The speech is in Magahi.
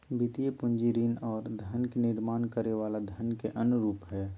वित्तीय पूंजी ऋण आर धन के निर्माण करे वला धन के अन्य रूप हय